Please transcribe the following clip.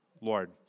Lord